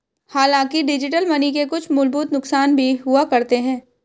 हांलाकि digital money के कुछ मूलभूत नुकसान भी हुआ करते हैं